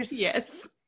Yes